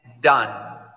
Done